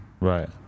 Right